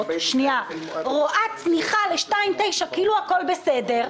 שנייה רואה צמיחה ל-2.9 כאילו הכול בסדר.